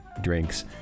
drinks